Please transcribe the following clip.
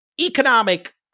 economic